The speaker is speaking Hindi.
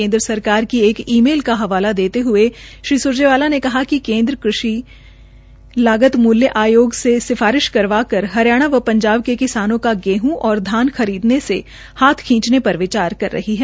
केन्द्र सरकार की एक ई मेल का हवाला देते हये श्री सुरजेवाला ने कहा कि केन्द्र सरकार कृषि लागत मूल्य आयोग से सिफारिश करवाकर हरियाणा व ांजाब के किसानों का गेहूं और धान खरीदने से हाथ खींचने र विचार रही है